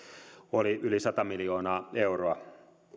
oli yli sata miljoonaa euroa